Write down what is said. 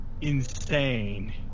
insane